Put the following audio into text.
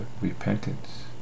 repentance